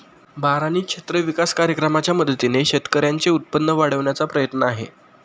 बारानी क्षेत्र विकास कार्यक्रमाच्या मदतीने शेतकऱ्यांचे उत्पन्न वाढविण्याचा प्रयत्न आहे